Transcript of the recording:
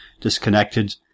disconnected